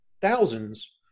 thousands